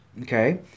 Okay